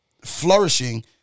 flourishing